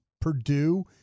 Purdue –